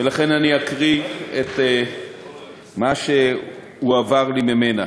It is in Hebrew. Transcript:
ולכן אני אקריא את מה שהועבר לי ממנה: